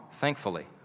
thankfully